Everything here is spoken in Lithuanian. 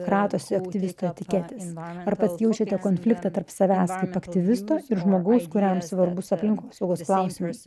kratosi aktyviso etiketėsė jaučiate konfliktą tarp savęs kaip aktyvisto ir žmogaus kuriam svarbus aplinkosaugos klausimas